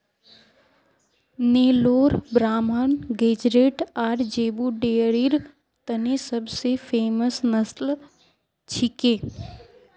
नेलोर ब्राह्मण गेज़रैट आर ज़ेबू डेयरीर तने सब स फेमस नस्ल छिके